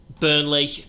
Burnley